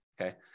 okay